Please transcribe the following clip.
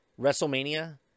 WrestleMania